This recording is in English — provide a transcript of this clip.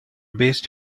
based